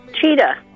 Cheetah